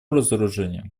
разоружению